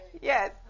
Yes